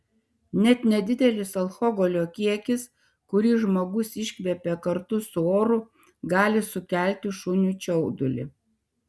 net nedidelis alkoholio kiekis kurį žmogus iškvepia kartu su oru gali sukelti šuniui čiaudulį